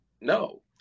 no